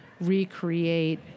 recreate